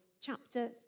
chapter